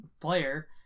player